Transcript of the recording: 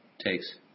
takes